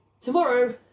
tomorrow